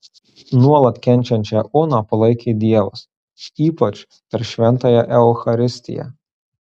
nuolat kenčiančią oną palaikė dievas ypač per šventąją eucharistiją